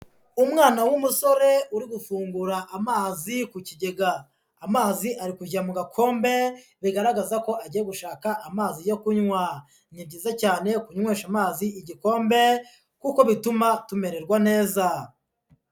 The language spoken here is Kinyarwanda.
Umwana w'umusore uri gufungura amazi ku kigega, amazi ari kujya mu gakombe bigaragaza ko agiye gushaka amazi yo kunywa, ni byiza cyane kunywesha amazi igikombe kuko bituma tumererwa neza.